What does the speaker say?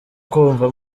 kumva